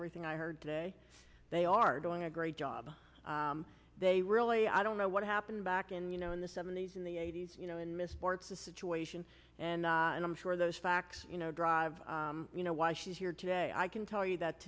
everything i heard today they are doing a great job they really i don't know what happened back in you know in the seventy's in the eighty's you know in midst towards a situation and and i'm sure those facts you know drive you know why she's here today i can tell you that